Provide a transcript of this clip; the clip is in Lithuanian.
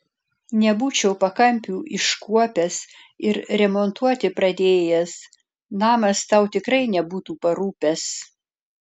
nebūčiau pakampių iškuopęs ir remontuoti pradėjęs namas tau tikrai nebūtų parūpęs